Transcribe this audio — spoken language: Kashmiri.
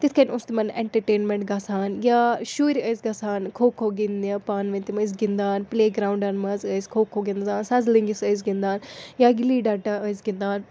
تِتھ کٔنۍ اوس تِمَن اٮ۪نٹَرٹینمٮ۪نٛٹ گژھان یا شُرۍ ٲسۍ گژھان کھو کھو گِنٛدنہِ پانہٕ ؤنۍ تِم ٲسۍ گِنٛدان پٕلے گرٛاوُنٛڈَن منٛز ٲسۍ کھو کھو گِنٛدان سَزلٕنٛگِس ٲسۍ گِنٛدان یا گِلی ڈَھنڈا ٲسۍ گِنٛدان